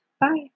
Bye